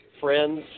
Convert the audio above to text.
friends